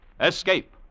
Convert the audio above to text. Escape